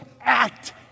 act